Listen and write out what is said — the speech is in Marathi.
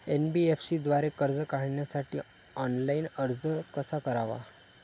एन.बी.एफ.सी द्वारे कर्ज काढण्यासाठी ऑनलाइन अर्ज कसा करावा?